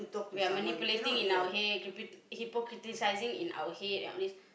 we are manipulating in our head hyp~ hypocriticising in our head and all this